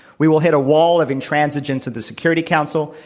we will hit a wall of intransigence at the security council,